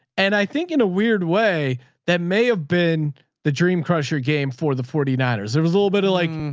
and i think in a weird way that may have been the dream crusher game for the forty nine ers. there was a little bit of like,